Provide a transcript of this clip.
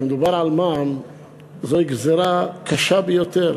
כשמדובר על מע"מ זוהי גזירה קשה ביותר.